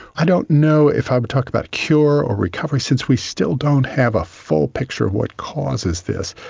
i don't know if i would talk about cure or recovery since we still don't have a full picture of what causes this.